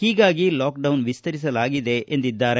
ಹೀಗಾಗಿ ಲಾಕ್ಡೌನ್ ವಿಸ್ತರಿಸಲಾಗಿದೆ ಎಂದಿದ್ದಾರೆ